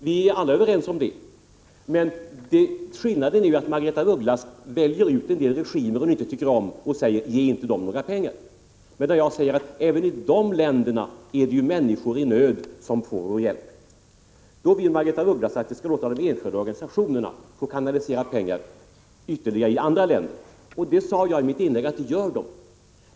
Vi är alla överens om det. Skillnaden är bara att Margaretha af Ugglas väljer ut en del regimer som hon inte tycker om och säger: Ge inte några pengar till dem! Jag däremot hävdar att det även i de länderna är människor i nöd som får vår hjälp. Margaretha af Ugglas vill att vi skall låta de enskilda organisationerna kanalisera ytterligare pengar i andra länder. Jag sade i mitt anförande att de redan gör det.